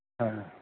ہاں